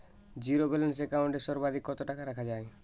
Zero balance account এ সর্বাধিক কত টাকা রাখা য়ায়?